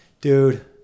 dude